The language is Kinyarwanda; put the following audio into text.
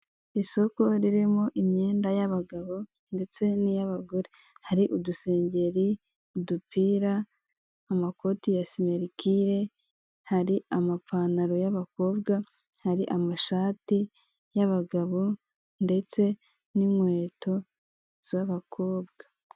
Isoko ririmo imyenda y'abagabo ndetse n'iy'abagore hari udusengeri, udupira amakoti ya similikire hari amapantaro y'abakobwa hari amashati y'abagabo ndetse n'inkweto z'abakobwa.